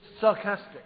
sarcastic